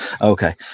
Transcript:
okay